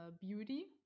Beauty